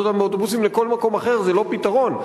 אותם באוטובוסים לכל מקום אחר זה לא פתרון.